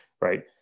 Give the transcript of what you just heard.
right